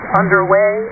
underway